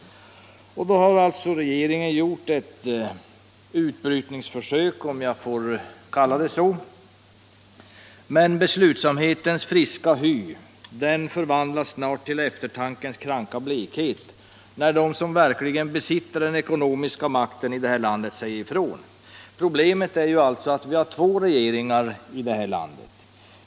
Då har alltså regeringen gjort ett utbrytningsförsök — om jag får kalla det så - men beslutsamhetens friska hy går snart i eftertankens kranka blekhet över när de som verkligen besitter den ekonomiska makten i det här landet säger ifrån. Problemet är att vi alltså har två regeringar i det här landet.